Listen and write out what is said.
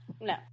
no